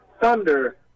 thunder